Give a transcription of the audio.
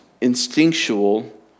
instinctual